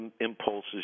impulses